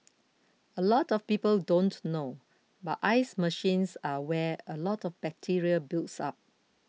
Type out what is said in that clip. a lot of people don't know but ice machines are where a lot of bacteria builds up